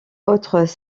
autres